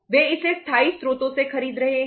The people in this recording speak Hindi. वे इसे स्थायी स्रोतों से खरीद रहे हैं